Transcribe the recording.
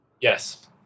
Yes